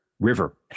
River